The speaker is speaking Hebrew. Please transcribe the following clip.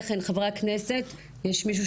אתמול